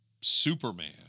Superman